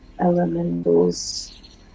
elementals